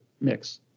mix